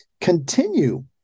continue